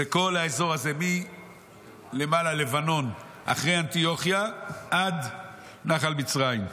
זה כל האזור הזה מלבנון למעלה אחרי אנטיוכיה עד נחל מצרים.